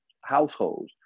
households